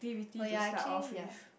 oh ya actually ya